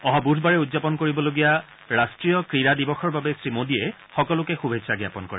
অহা বুধবাৰে উদযাপন কৰিবলগীয়া ৰাষ্ট্ৰীয় ক্ৰীড়া দিৱসৰ বাবে শ্ৰীমোডীয়ে সকলোকে শুভেচ্ছা জ্ঞাপন কৰে